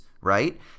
right